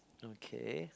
okay